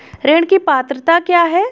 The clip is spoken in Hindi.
ऋण की पात्रता क्या है?